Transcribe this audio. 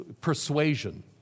persuasion